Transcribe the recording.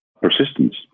persistence